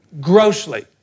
grossly